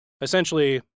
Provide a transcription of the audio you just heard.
essentially